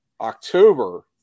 october